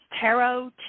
Tarot